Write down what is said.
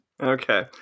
Okay